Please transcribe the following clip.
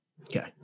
Okay